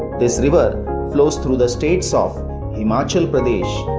this river flows through the states of himachal pradesh,